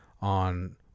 on